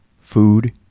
food